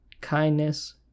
kindness